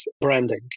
branding